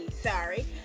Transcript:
sorry